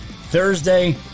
Thursday